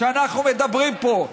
כשאנחנו מדברים פה,